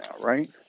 right